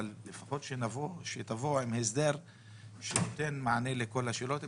תבואו עם הסדר שנותן מענה לכל השאלות,